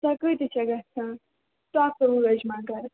سۄ کۭتِس چھِ گژھان ٹۅپہٕ وٲج مگر